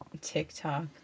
TikTok